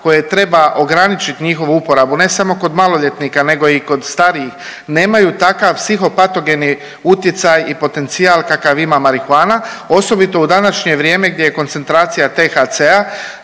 koje treba ograničit njihovu uporabu ne samo kod maloljetnika nego i kod starijih nemaju takav psihopatogeni utjecaj i potencijal kakav ima marihuana, osobito u današnje vrijeme gdje je koncentracija THC-a